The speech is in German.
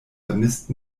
vermisst